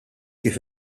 kif